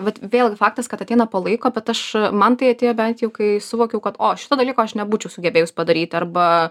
vat vėl faktas kad ateina po laiko bet aš man tai atėjo bent jau kai suvokiau kad o šito dalyko aš nebūčiau sugebėjus padaryti arba